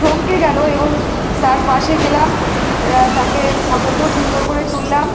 থমকে গেল এবং তার পাশে গেলাম তাকে ফটো তো সুন্দর করে তুললাম